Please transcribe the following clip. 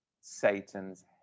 Satan's